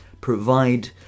provide